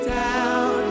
down